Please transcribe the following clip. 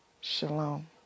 Shalom